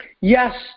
Yes